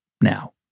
now